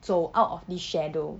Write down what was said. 走 out of this shadow